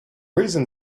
reason